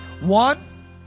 One